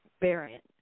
variant